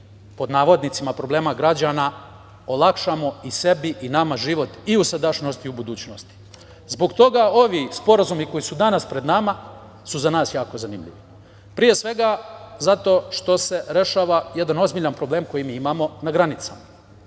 „sitnih“ problema građana olakšamo i sebi i nama život i u sadašnjosti i u budućnosti. Zbog toga ovi sporazumi koji su danas pred nama su za nas jako zanimljivi, pre svega zato što se rešava jedan ozbiljan problem koji mi imamo na granicama.